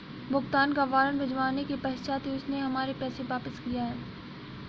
भुगतान का वारंट भिजवाने के पश्चात ही उसने हमारे पैसे वापिस किया हैं